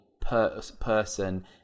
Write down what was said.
person